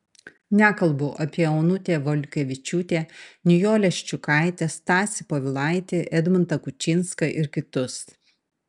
nekalbu apie onutę valiukevičiūtę nijolę ščiukaitę stasį povilaitį edmundą kučinską ir kitus